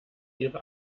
ihre